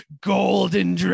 golden